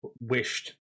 wished